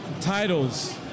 titles